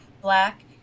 black